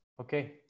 Okay